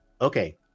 okay